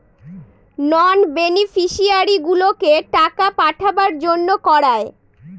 নন বেনিফিশিয়ারিগুলোকে টাকা পাঠাবার জন্য করায়